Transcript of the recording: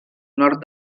nord